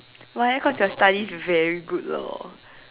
why eh cause your studies very good lor